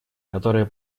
которые